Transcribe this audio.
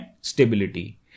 stability